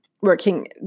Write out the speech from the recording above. working